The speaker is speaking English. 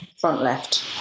front-left